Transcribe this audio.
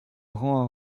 rend